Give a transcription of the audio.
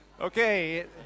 Okay